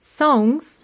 songs